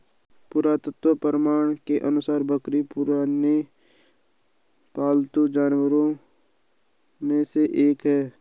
पुरातत्व प्रमाण के अनुसार बकरी पुराने पालतू जानवरों में से एक है